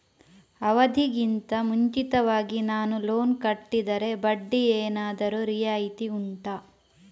ಅವಧಿ ಗಿಂತ ಮುಂಚಿತವಾಗಿ ನಾನು ಲೋನ್ ಕಟ್ಟಿದರೆ ಬಡ್ಡಿ ಏನಾದರೂ ರಿಯಾಯಿತಿ ಉಂಟಾ